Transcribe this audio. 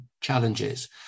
challenges